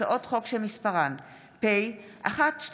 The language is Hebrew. הצעות חוק שמספרן פ/1272/24,